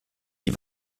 die